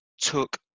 took